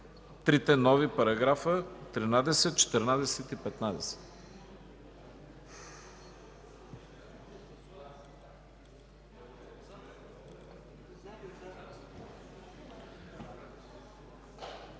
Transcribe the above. трите нови параграфа – 13, 14 и 15.